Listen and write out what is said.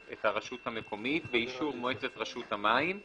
את הרשות המקומית, באישור מועצת רשות המים,